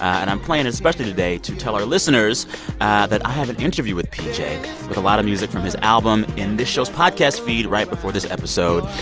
and i'm playing especially today to tell our listeners that i have an interview with pj with a lot of music from his album in this show's podcast feed right before this episode.